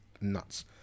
nuts